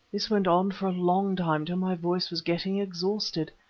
this went on for a long time till my voice was getting exhausted.